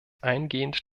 eingehend